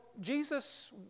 Jesus